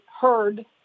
heard